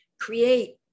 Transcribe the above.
create